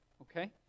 Okay